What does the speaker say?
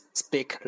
speak